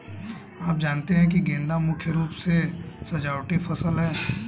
आप जानते ही है गेंदा मुख्य रूप से सजावटी फसल है